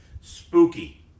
spooky